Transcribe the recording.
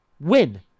Win